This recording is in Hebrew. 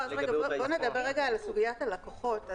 בוא נדבר רגע על סוגיית הלקוחות.